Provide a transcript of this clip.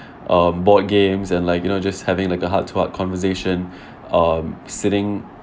um board games and like you know just having like a heart to heart conversation um sitting